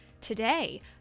today